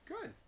good